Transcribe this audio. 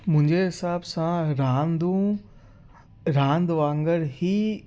मुंहिंजे हिसाब सां रांदू रांदि वांगुरु ई